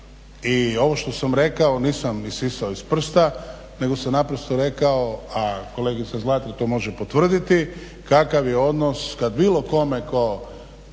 I ovo što sam rekao, nisam isisao iz prsta, nego sam naprosto rekao, a kolegica Zlatar to može potvrditi kakav je odnos kad bilo kome ko